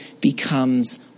becomes